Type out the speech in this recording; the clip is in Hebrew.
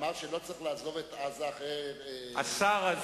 שאמר שלא צריך לעזוב את עזה אחרי "עופרת